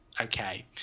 Okay